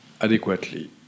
adequately